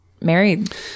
married